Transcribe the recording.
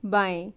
बाएँ